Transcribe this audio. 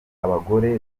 abagore